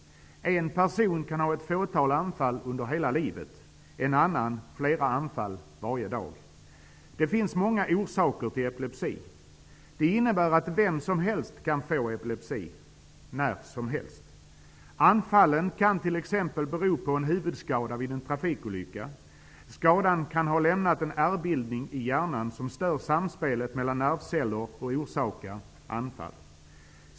En person kan ha ett fåtal anfall under hela livet, en annan flera anfall varje dag. Det finns många orsaker till epilepsi. Det innebär att vem som helst kan få epilepsi -- när som helst. Anfallen kan t.ex. bero på en huvudskada vid en trafikolycka. Skadan kan ha lämnat en ärrbildning i hjärnan, som stör samspelet mellan nervceller och orsakar anfall.